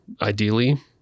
ideally